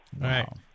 right